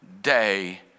day